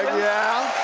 yeah.